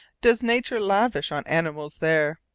does nature lavish on animals there!